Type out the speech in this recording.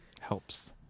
helps